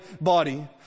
body